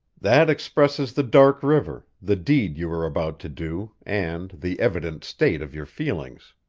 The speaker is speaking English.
that expresses the dark river, the deed you were about to do, and the evident state of your feelings.